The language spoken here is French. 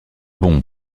bon